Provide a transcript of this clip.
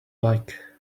like